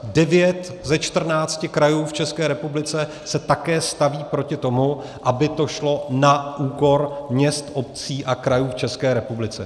Devět ze 14 krajů v České republice se také staví proti tomu, aby to šlo na úkor měst, obcí a krajů v České republice.